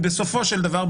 בסופו של דבר,